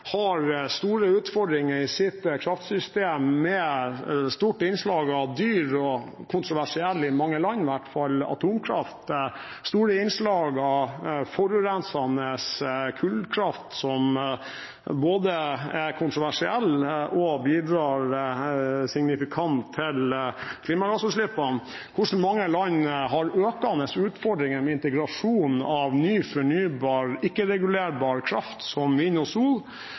i mange land – atomkraft og store innslag av forurensende kullkraft, som både er kontroversiell og bidrar signifikant til klimagassutslippene, og hvordan mange land har økende utfordringer med integrasjon av ny fornybar, ikke-regulerbar kraft, som vind og sol,